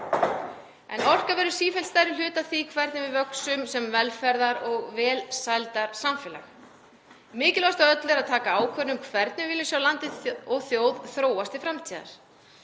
Orka verður sífellt stærri hluti af því hvernig við vöxum sem velferðar- og velsældarsamfélag. Mikilvægast af öllu er að taka ákvörðun um hvernig við viljum sjá landið og þjóð þróast til framtíðar.